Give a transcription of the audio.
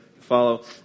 follow